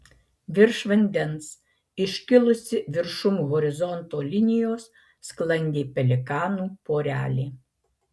virš vandens iškilusi viršum horizonto linijos sklandė pelikanų porelė